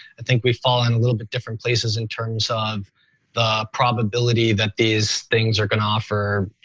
and think we've fallen a little bit different places in terms of the probability that these things are going to offer,